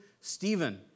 Stephen